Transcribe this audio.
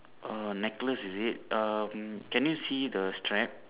err necklace is it um can you see the strap